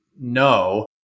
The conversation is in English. no